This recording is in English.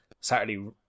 Saturday